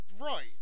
right